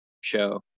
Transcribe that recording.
show